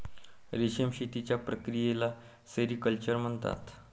रेशीम शेतीच्या प्रक्रियेला सेरिक्चर म्हणतात